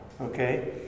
okay